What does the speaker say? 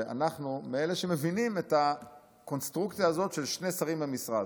שאנחנו מאלה שמבינים את הקונסטרוקציה הזאת של שני שרים במשרד.